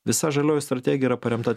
visa žalioji strategija yra paremta